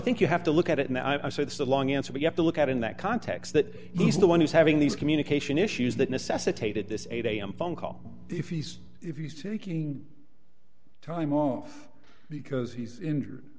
think you have to look at it and i say this a long answer but you have to look at in that context that he's the one who's having these communication issues that necessitated this eight am phone call if he's if he's taking time off because he's injured